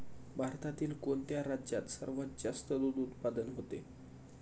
भारतातील कोणत्या राज्यात सर्वात जास्त दूध उत्पादन होते?